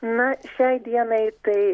na šiai dienai tai